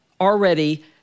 already